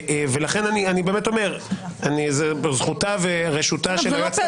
אני באמת אומר: זה בזכותה וברשותה של היועצת